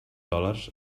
dòlars